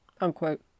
unquote